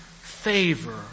favor